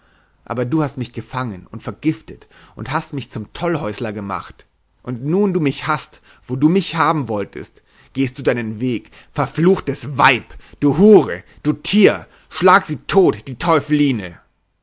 aber du hast mich gefangen und vergiftet und hast mich zum tollhäusler gemacht und nun du mich hast wo du mich haben wolltest gehst du deinen weg verfluchtes weib du hure du tier schlagt sie tot die